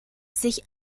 sich